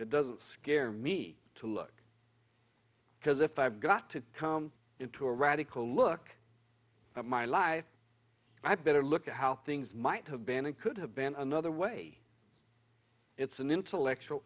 it doesn't scare me to look because if i've got to come into a radical look at my life i better look at how things might have been it could have been another way it's an intellectual